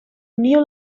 new